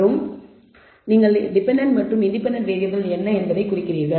மற்றும் நீங்கள் டெபென்டென்ட் மற்றும் இன்டெபென்டென்ட் வேறியபிள் என்ன என்பதைக் குறிக்கிறீர்கள்